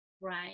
right